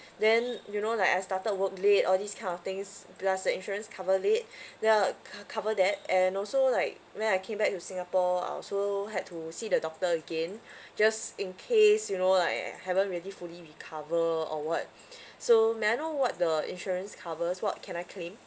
then you know like I started work late all these kind of things does the insurance cover late the co~ cover that and also like when I came back to singapore I also had to see the doctor again just in case you know like I haven't really fully recover or what so may I know what the insurance covers what can I claim